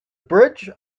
bridge